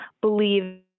believe